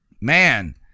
man